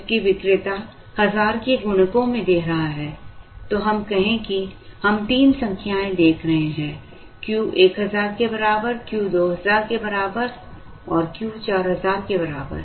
जबकि विक्रेता 1000 के गुणकों में दे रहा है तो हम कहें कि हम तीन संख्याएँ देख रहे हैं Q 1000 के बराबर Q 2000 के बराबर Q 4000 के बराबर